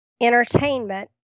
entertainment